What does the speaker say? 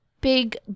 big